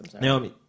Naomi